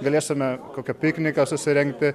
galėsime kokią pikniką susirengti